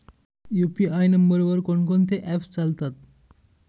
UPI नंबरवर कोण कोणते ऍप्स चालतात?